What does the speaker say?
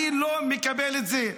אני לא מקבל את זה,